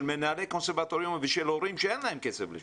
של מנהלי קונסרבטוריונים ושל הורים שאין להם כסף לשלם.